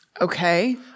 Okay